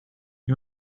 you